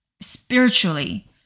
spiritually